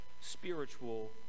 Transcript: spiritual